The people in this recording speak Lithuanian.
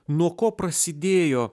nuo ko prasidėjo